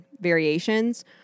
variations